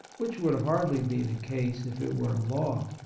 which would hardly be the case if it were a law.